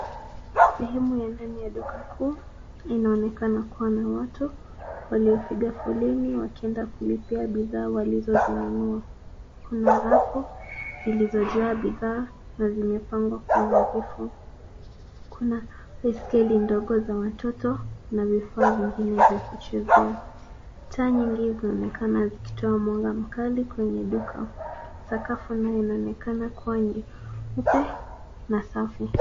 Sehemu ya ndani ya duka kuu inaonekana kuwa na watu waliopiga foleni wakienda kulipia bidhaa walizozinunua. Kuna rafu zilizojaa bidhaa na zimepangwa kwa unadhifu. Kuna baiskeli ndogo za watoto na vifaa vingine vya kuchezea. Taa nyingi zinaonekana zikitoa mwanga mkali kwenye duka. Sakafu nayo inaonekana kuwa nyeupe na safi.